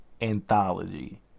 anthology